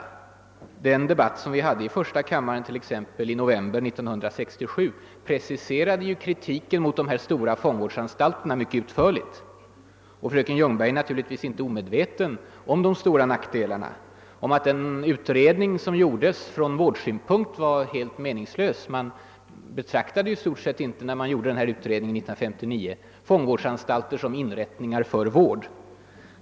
I den debatt som vi förde i första kammaren i november 1967 preciserade jag kritiken mot de stora fångvårdsanstalterna mycket utförligt. Fröken Ljungberg är naturligtvis inte omedveten om de stora nackdelarna med denna anstaltstyp. 1) Den utredning om gjordes 1959 var från vårdsynpunkt helt meningslös. Man betraktade, när man genomförde utredningen, i stort sett inte fångvårdsanstalter som inrättningar för vård.